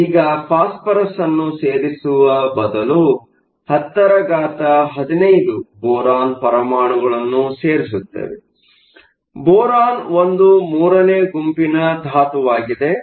ಆದರೆ ಈಗ ಫಾಸ್ಫರಸ್ ಅನ್ನು ಸೇರಿಸುವ ಬದಲು 1015 ಬೋರಾನ್ ಪರಮಾಣುಗಳನ್ನು ಸೇರಿಸುತ್ತೇನೆ ಬೋರಾನ್ ಒಂದು 3ನೇ ಗುಂಪಿನ ಧಾತುವಾಗಿದೆ